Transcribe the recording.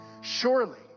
Surely